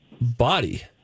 body